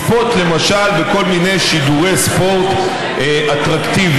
לצפות למשל בכל מיני שידורי ספורט אטרקטיביים,